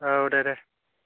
औ दे दे